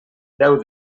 deu